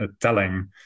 telling